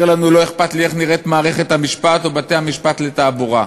אומר לנו: לא אכפת לי איך נראים מערכת המשפט או בתי-המשפט לתעבורה,